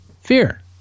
Fear